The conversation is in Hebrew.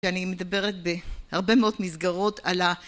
שאני מדברת בהרבה מאוד מסגרות על ה...